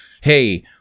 Hey